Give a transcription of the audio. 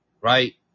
right